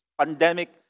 pandemic